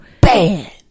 bad